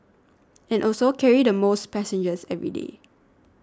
and also carry the most passengers every day